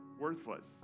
worthless